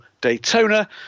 Daytona